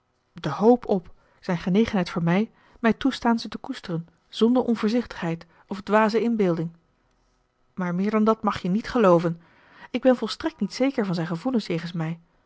van de hoop op zijn genegenheid voor mij mij toestaan ze te koesteren zonder onvoorzichtigheid of dwaze inbeelding maar meer dan dat mag je niet gelooven ik ben volstrekt niet zeker van zijn gevoelens jegens mij